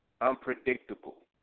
unpredictable